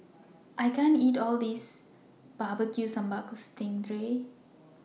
I can't eat All of This Barbecue Sambal Sting Ray